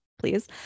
please